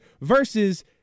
versus